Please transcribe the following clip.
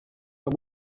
amb